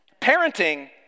Parenting